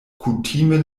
kutime